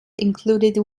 included